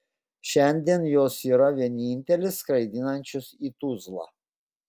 šiandien jos yra vienintelės skraidinančios į tuzlą